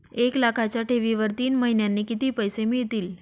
एक लाखाच्या ठेवीवर तीन महिन्यांनी किती पैसे मिळतील?